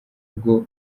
ubwo